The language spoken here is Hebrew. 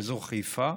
באזור חיפה,